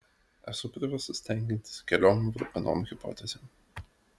esu priverstas tenkintis keliom varganom hipotezėm